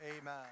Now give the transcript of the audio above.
Amen